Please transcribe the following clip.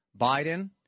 Biden